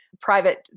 private